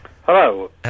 Hello